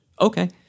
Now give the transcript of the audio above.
Okay